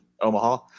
Omaha